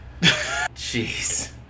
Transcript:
Jeez